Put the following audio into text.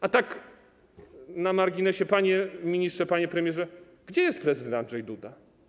A tak na marginesie, panie ministrze, panie premierze, gdzie jest prezydent Andrzej Duda?